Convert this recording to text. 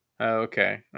Okay